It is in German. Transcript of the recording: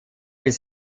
bis